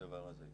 הדבר הזה.